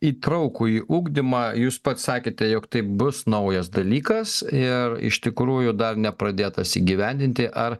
įtraukųjį ugdymą jūs pats sakėte jog tai bus naujas dalykas ir iš tikrųjų dar nepradėtas įgyvendinti ar